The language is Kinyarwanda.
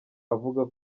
avuga